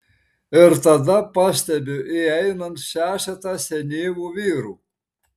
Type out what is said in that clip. ir tada pastebiu įeinant šešetą senyvų vyrų